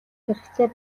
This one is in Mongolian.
хэрэгтэй